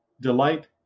delight